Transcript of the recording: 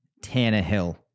Tannehill